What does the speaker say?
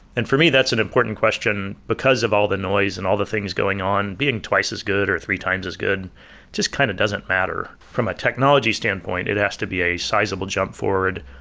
and for me, that's an important question because of all the noise and all the things going on, being twice as good or three times as good just kind of doesn't matter. from a technology standpoint, it has to be a sizeable jump forward.